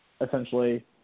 essentially